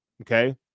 Okay